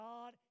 God